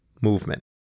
movement